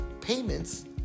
payments